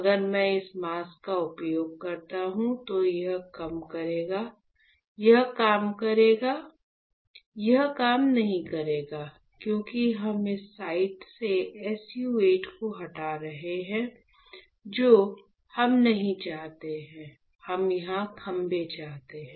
अगर मैं इस मास्क का उपयोग करता हूं तो यह काम करेगा क्या यह काम करेगा यह काम नहीं करेगा क्योंकि हम इस साइट से SU 8 को हटा रहे हैं जो हम नहीं चाहते हैं हम यहां खंभे चाहते हैं